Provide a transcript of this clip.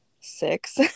six